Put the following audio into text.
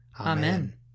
Amen